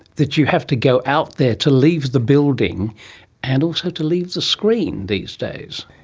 that you have to go out there to leave the building and also to leave the screen these days?